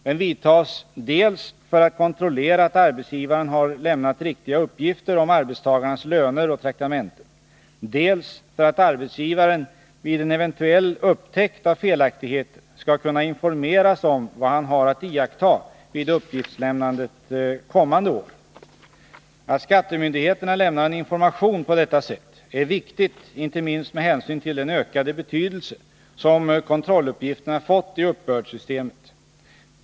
Den vidtas dels för att kontrollera att arbetsgivaren har lämnat riktiga uppgifter om arbetstagarnas löner och traktamenten, dels för att arbetsgivaren vid en eventuell upptäckt av felaktigheter skall kunna informeras om vad han har att iaktta vid uppgiftslämnandet kommande år. Att skattemyndigheterna lämnar en information på detta sätt är viktigt, inte minst med hänsyn till den ökade betydelse som kontrolluppgifterna fått i uppbördssystemet.